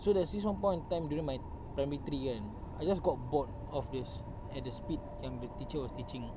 so there's this one point of time during my primary three kan I just got bored of this at the speed yang the teacher was teaching